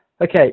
Okay